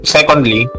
Secondly